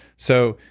so,